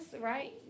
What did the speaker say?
right